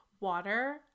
water